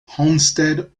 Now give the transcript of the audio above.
homestead